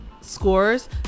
scores